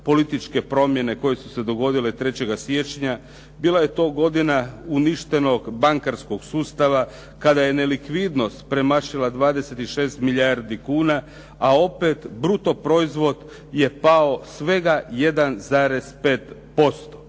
političke promjene koje su se dogodile 3. siječnja, bila je to godina uništenog bankarskog sustava kada je nelikvidnost premašila 26 milijardi kuna a opet brutoproizvod je pao svega 1,5%,